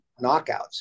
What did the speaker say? knockouts